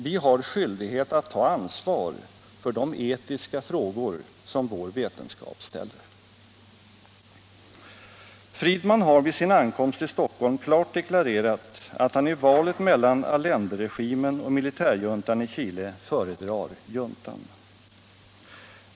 Vi har skyldighet att ta ansvar för de etiska frågor som vår vetenskap ställer.” Friedman har vid sin ankomst till Stockholm klart deklarerat att han i valet mellan Allenderegimen och militärjuntan i Chile föredrar juntan.